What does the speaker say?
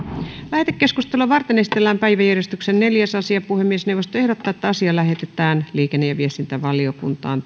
lähetekeskustelua varten esitellään päiväjärjestyksen neljäs asia puhemiesneuvosto ehdottaa että asia lähetetään liikenne ja viestintävaliokuntaan